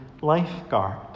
lifeguard